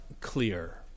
clear